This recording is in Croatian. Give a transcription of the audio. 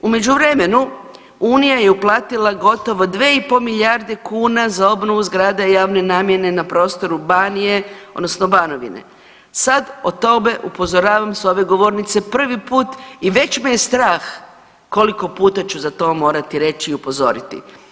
U međuvremenu, unija je uplatila gotovo 2,5 milijarde kuna za obnovu zgrada javne namjene na prostoru Banije odnosno Banovine, sad od tome upozoravam prvi put i već me je strah koliko puta ću za to morati reći i upozoriti.